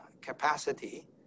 capacity